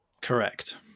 Correct